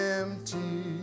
empty